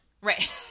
Right